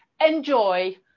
Enjoy